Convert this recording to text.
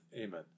Amen